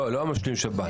לא, לא המשלים שב"ן.